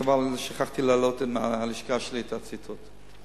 חבל, שכחתי להעלות מהלשכה שלי את הציטוט.